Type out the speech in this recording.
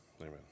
amen